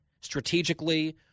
strategically